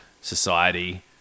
society